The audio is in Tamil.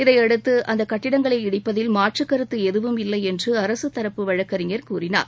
இதையடுத்து அந்த கட்டடங்களை இடிப்பதில் மாற்றுக் கருத்து எதுவும் இல்லை என்று அரசு தரப்பு வழக்கறிஞர் கூறினார்